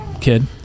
kid